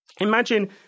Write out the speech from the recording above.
imagine